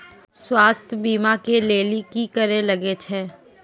स्वास्थ्य बीमा के लेली की करे लागे छै?